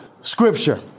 scripture